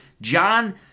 John